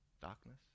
darkness